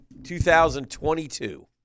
2022